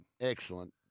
Excellent